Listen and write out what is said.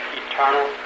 eternal